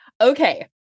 Okay